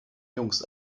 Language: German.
jungs